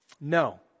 No